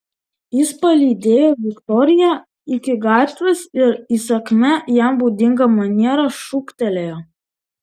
jis palydėjo viktoriją iki gatvės ir įsakmia jam būdinga maniera šūktelėjo